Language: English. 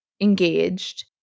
engaged